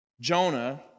jonah